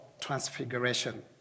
transfiguration